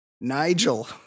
Nigel